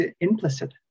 implicit